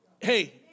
Hey